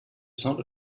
sound